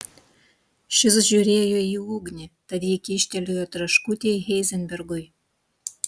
šis žiūrėjo į ugnį tad ji kyštelėjo traškutį heizenbergui